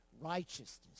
righteousness